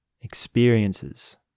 experiences